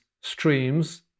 streams